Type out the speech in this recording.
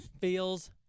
Feels